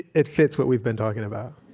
it fits what we've been talking about